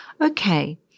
Okay